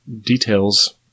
details